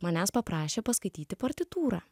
manęs paprašė paskaityti partitūrą